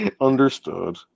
understood